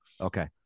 Okay